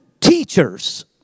teachers